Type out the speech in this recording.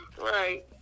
right